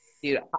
Dude